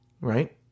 right